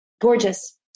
Gorgeous